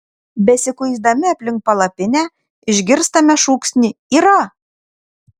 besikuisdami aplink palapinę išgirstame šūksnį yra